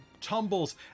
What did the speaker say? tumbles